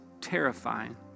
terrifying